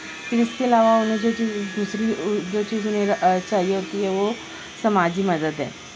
پھر اس کے علاوہ مجھے جو دوسری جو چیز میرا چاہیے ہوتی ہے وہ سماجی مدد ہے